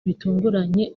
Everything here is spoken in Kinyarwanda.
bitunguranye